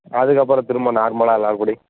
அதுக்கப்பறம் திரும்ப நார்மலாக எல்லாருக்கூடையும்